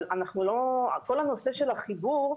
אבל כל הנושא של החיבור,